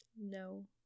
No